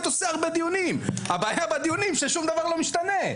עושה הרבה דיונים הבעיה בדיונים ששום דבר לא משתנה.